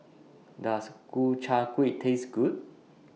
Does Ku Chai Kueh Taste Good